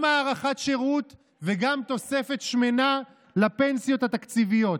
גם הארכת שירות וגם תוספת שמנה לפנסיות התקציביות.